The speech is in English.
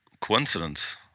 coincidence